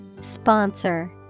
Sponsor